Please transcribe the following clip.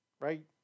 Right